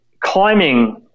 climbing